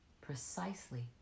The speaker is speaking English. precisely